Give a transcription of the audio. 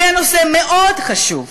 זה נושא מאוד חשוב,